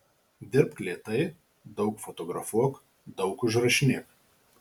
dirbk lėtai daug fotografuok daug užrašinėk